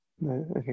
No